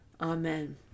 Amen